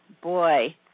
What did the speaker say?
boy